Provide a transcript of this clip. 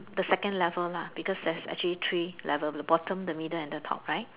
the second level lah because there's actually three level the bottom the middle and the top right